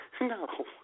No